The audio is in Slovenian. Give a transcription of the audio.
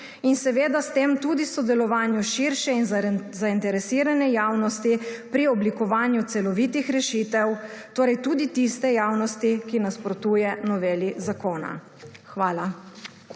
in seveda s tem tudi sodelovanju širše in zainteresirane javnosti pri oblikovanju celovitih rešitev, torej tudi tiste javnosti, ki nasprotuje noveli zakona. Hvala.